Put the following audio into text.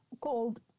called